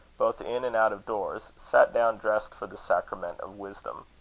both in and out of doors, sat down dressed for the sacrament of wisdom.